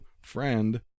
friend